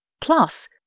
Plus